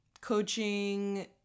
coaching